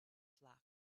flock